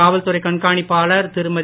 காவல்துறை கண்காணிப்பாளர் திருமதி